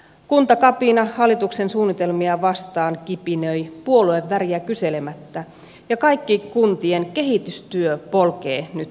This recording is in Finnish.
kuntakapina hallituksen suunnitelmia vastaan kipinöi puolueväriä kyselemättä ja kaikki kuntien kehitystyö polkee nyt paikallaan